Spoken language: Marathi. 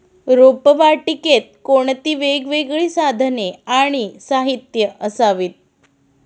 रोपवाटिकेत कोणती वेगवेगळी साधने आणि साहित्य असावीत?